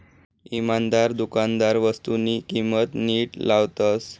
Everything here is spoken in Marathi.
इमानदार दुकानदार वस्तूसनी किंमत नीट लावतस